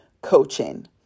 coaching